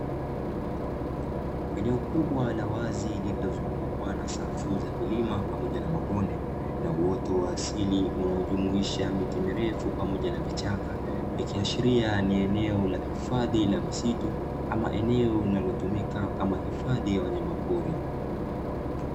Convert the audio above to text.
Eneo kubwa la wazi lililozungukwa na safu za milima pamoja na mabonde na uoto wa asili, unaojumuisha miti mirefu pamoja na vichaka. Vikiashiria ni eneo la hifadhi la misitu ama eneo linalotumika kama hifadhi ya wanyama pori.